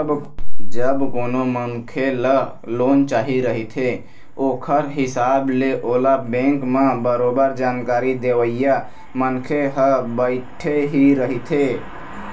जब कोनो मनखे ल लोन चाही रहिथे ओखर हिसाब ले ओला बेंक म बरोबर जानकारी देवइया मनखे ह बइठे ही रहिथे